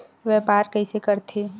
व्यापार कइसे करथे?